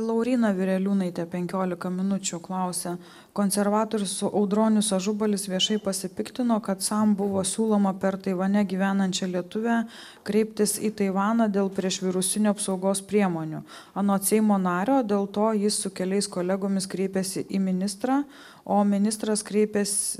lauryna vireliūnaitė penkiolika minučių klausia konservatorius audronius ažubalis viešai pasipiktino kad sam buvo siūloma per taivane gyvenančią lietuvę kreiptis į taivaną dėl priešvirusinių apsaugos priemonių anot seimo nario dėl to jis su keliais kolegomis kreipėsi į ministrą o ministras kreipės